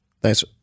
Thanks